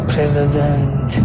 President